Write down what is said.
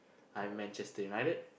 I'm Manchester-United